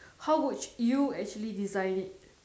how would you actually design it